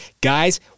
guys